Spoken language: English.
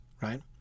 Right